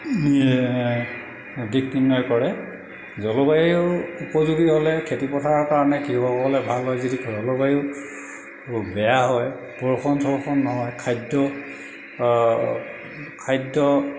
দিশ নিৰ্ণয় কৰে জলবায়ু উপযোগী হ'লে খেতি পথাৰৰ কাৰণে কৃষকসকলৰ ভাল হয় যদি জলবায়ু বেয়া হয় বৰষুণ চৰষুণ নহয় খাদ্য় খাদ্য়